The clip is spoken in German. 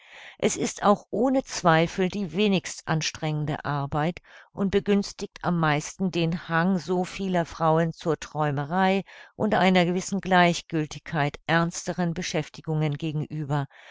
es ist auch ohne zweifel die wenigst anstrengende arbeit und begünstigt am meisten den hang so vieler frauen zur träumerei und einer gewissen gleichgültigkeit ernsteren beschäftigungen gegenüber